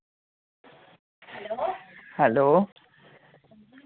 hello